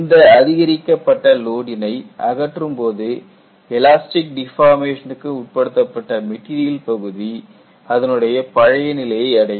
இந்த அதிகரிக்கப்பட்ட லோடினை அகற்றும்போது எலாஸ்டிக் டிஃபார்மேஷனுக்கு உட்படுத்தப்பட்ட மெட்டீரியல் பகுதி அதனுடைய பழைய நிலையை அடையும்